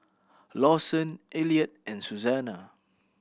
Lawson Elliott and Susanna